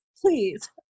please